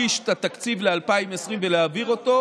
אנחנו צריכים להגיש את התקציב ל-2020 ולהעביר אותו,